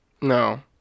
No